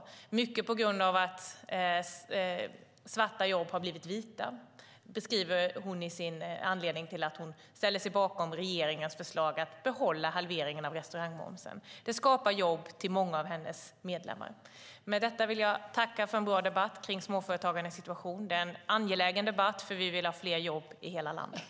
Det är mycket på grund av att svarta jobb har blivit vita, skriver hon som en anledning till att hon ställer sig bakom regeringens förslag att behålla halveringen av restaurangmomsen. Det skapar jobb till många av hennes medlemmar. Jag tackar för en bra debatt om småföretagarnas situation. Det är en angelägen debatt, för vi vill ha fler jobb i hela landet.